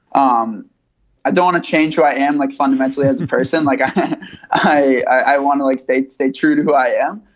um i don't want to change who i am. like fundamentally hadsome person like i i i want to like stay to stay true to who i am.